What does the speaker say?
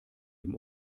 dem